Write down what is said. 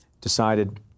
decided